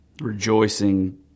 Rejoicing